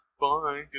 Bye